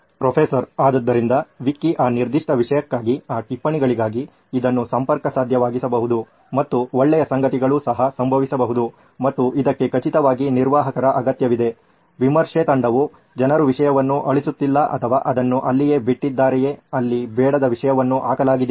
professor ಆದ್ದರಿಂದ wiki ಆ ನಿರ್ದಿಷ್ಟ ವಿಷಯಕ್ಕಾಗಿ ಆ ಟಿಪ್ಪಣಿಗಳಿಗಾಗಿ ಇದನ್ನು ಸಂಪರ್ಕ ಸಾಧ್ಯವಾಗಿಸಬಹುದು ಮತ್ತು ಒಳ್ಳೆಯ ಸಂಗತಿಗಳು ಸಹ ಸಂಭವಿಸಬಹುದು ಮತ್ತು ಇದಕ್ಕೆ ಖಚಿತವಾಗಿ ನಿರ್ವಾಹಕರ ಅಗತ್ಯವಿದೆ ವಿಮರ್ಶೆ ತಂಡವು ಜನರು ವಿಷಯವನ್ನು ಅಳಿಸುತ್ತಿಲ್ಲ ಅಥವಾ ಅದನ್ನು ಅಲ್ಲಿಗೆ ಬಿಟ್ಟಿದ್ದಾರೆಯೇ ಅಲ್ಲಿ ಬೇಡದ ವಿಷಯವನ್ನು ಹಾಕಲಾಗಿದಿಯೇ